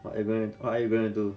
what you going what are you going to do